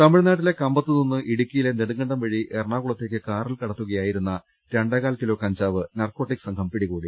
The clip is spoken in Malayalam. തമിഴ്നാട്ടിലെ കമ്പത്തു നിന്നും ഇടുക്കിയിലെ നെടുങ്കണ്ടം വഴി എറണാകുളത്തേക്ക് കാറിൽ കടത്തുകയായിരുന്ന രണ്ടേകാൽ കിലോ കഞ്ചാവ് നാർക്കോട്ടിക്ക് സംഘം പിടികൂടി